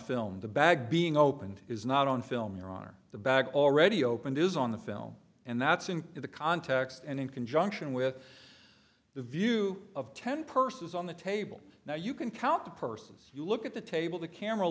film the bag being opened is not on film here are the back already opened is on the film and that's in the context and in conjunction with the view of ten persons on the table now you can count the persons you look at the table the camera